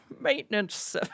Maintenance